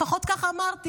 לפחות כך אמרתי,